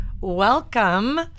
Welcome